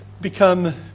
become